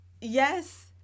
Yes